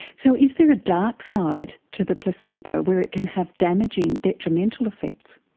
so is there a dark side to the placebo, where it can have damaging, detrimental effects?